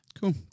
Cool